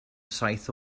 saith